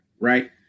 right